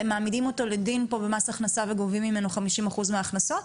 אתם מעמידים אותו לדין פה במס הכנסה וגובים ממנו 50% מההכנסות?